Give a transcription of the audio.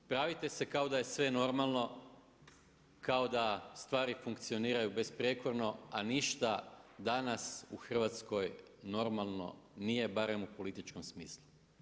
Pravite se kao da je sve normalno, kao da stvari funkcioniraju besprijekorno a ništa danas u Hrvatskoj normalno nije, barem u politikom smislu.